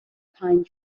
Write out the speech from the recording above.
pine